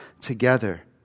together